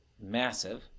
massive